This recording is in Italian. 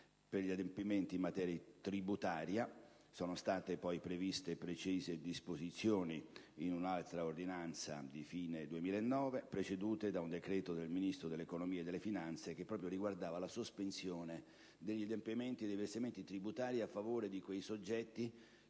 Per gli adempimenti in materia tributaria sono state poi previste precise disposizioni in un'altra ordinanza di fine 2009, precedute da un decreto del Ministro dell'economia e delle finanze recante la "sospensione degli adempimenti e dei versamenti tributari a favore di quei soggetti